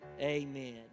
Amen